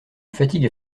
fatigue